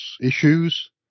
issues